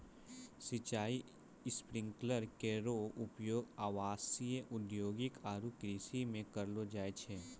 सिंचाई स्प्रिंकलर केरो उपयोग आवासीय, औद्योगिक आरु कृषि म करलो जाय छै